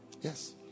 Yes